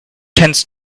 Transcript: tends